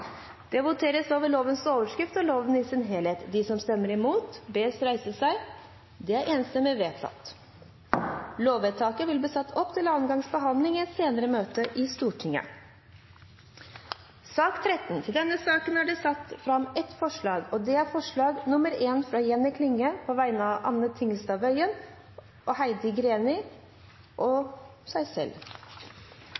Det voteres over lovens overskrift og loven i sin helhet. Lovvedtaket vil bli satt opp til annen gangs behandling i et senere møte i Stortinget. Under debatten er det satt fram i alt tre forslag. Det er forslag nr. 1, fra Stine Renate Håheim på vegne av Arbeiderpartiet og Senterpartiet forslag nr. 2, fra Stine Renate Håheim på vegne av Arbeiderpartiet og